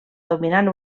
dominant